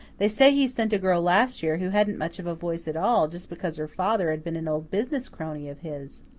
they say he sent a girl last year who hadn't much of a voice at all just because her father had been an old business crony of his.